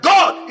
God